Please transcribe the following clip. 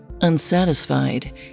Unsatisfied